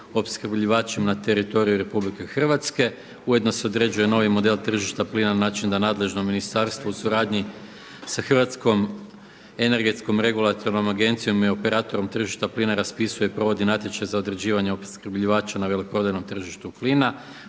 opskrbljivačima na teritoriju RH. Ujedno se određuje novi model tržišta plina na način da nadležno ministarstvo u suradnji sa Hrvatskom energetskom regulatornom agencijom i operatorom tržišta plina raspisuje i provodi natječaj za određivanje opskrbljivača na veleprodajnom tržištu plina.